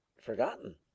forgotten